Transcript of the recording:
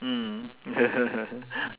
mm